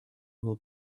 will